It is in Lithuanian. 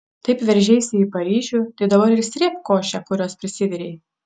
taip veržeisi į paryžių tai dabar ir srėbk košę kurios prisivirei